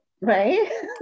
Right